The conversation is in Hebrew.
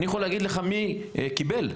אני יכול להגיד לך כמה קיבלו.